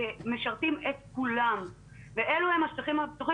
משרתים את כולם ואלה השטחים הפתוחים